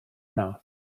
mouth